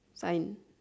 sign